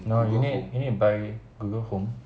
no you need you need to buy Google Home